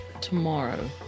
tomorrow